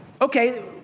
okay